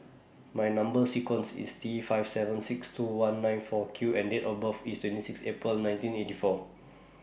My Number sequence IS T five seven six two one nine four Q and Date of birth IS twenty six April nineteen eighty four